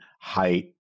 height